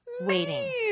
waiting